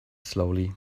slowly